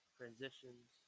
transitions